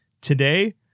Today